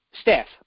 staff